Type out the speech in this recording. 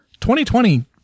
2020